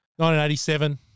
1987